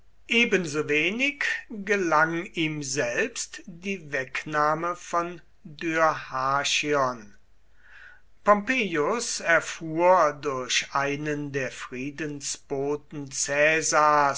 ebensowenig gelang ihm selbst die wegnahme von dyrrhachion pompeius erfuhr durch einen der